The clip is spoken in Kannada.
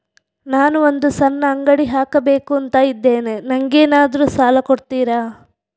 ನಾನು ಒಂದು ಸಣ್ಣ ಅಂಗಡಿ ಹಾಕಬೇಕುಂತ ಇದ್ದೇನೆ ನಂಗೇನಾದ್ರು ಸಾಲ ಕೊಡ್ತೀರಾ?